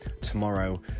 tomorrow